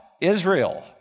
Israel